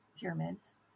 pyramids